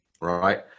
right